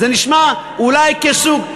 זה נשמע אולי כסוג,